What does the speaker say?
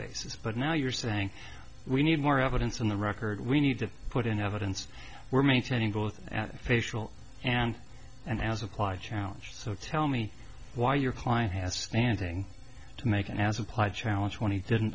basis but now you're saying we need more evidence in the record we need to put in evidence we're maintaining both at facial and and as applied challenge so tell me why your client has standing to make an as applied challenge when he didn't